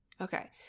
Okay